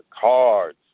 cards